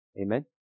Amen